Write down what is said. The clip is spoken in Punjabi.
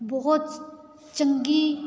ਬਹੁਤ ਚੰਗੀ